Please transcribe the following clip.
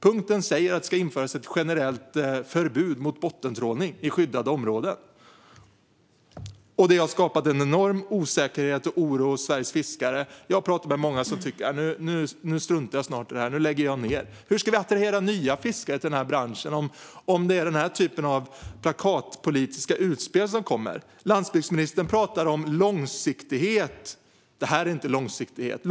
Punkten säger att det ska införas ett generellt förbud mot bottentrålning i skyddade områden. Det har skapat en enorm osäkerhet och oro hos Sveriges fiskare. Jag har talat med många som säger: Nu struntar jag snart i det här, nu lägger jag ned. Hur ska vi attrahera nya fiskare till den här branschen om det är den här typen av plakatpolitiska utspel som kommer? Landsbygdsministern talar om långsiktighet. Det här är inte långsiktighet.